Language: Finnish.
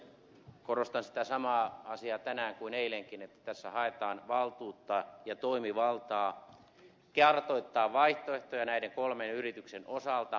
korostan sitä samaa asiaa tänään kuin eilenkin että tässä haetaan valtuutta ja toimivaltaa kartoittaa vaihtoehtoja näiden kolmen yrityksen osalta esimerkiksi kumppanoitumisratkaisuille